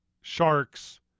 sharks